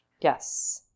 Yes